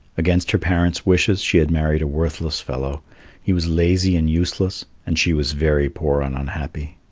against her parents' wishes, she had married a worthless fellow he was lazy and useless, and she was very poor and unhappy.